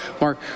mark